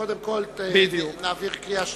קודם כול נעביר קריאה שנייה.